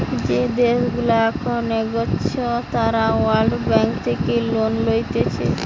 যে দেশগুলা এখন এগোচ্ছে তারা ওয়ার্ল্ড ব্যাঙ্ক থেকে লোন লইতেছে